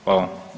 Hvala.